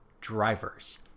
Drivers